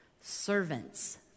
Servants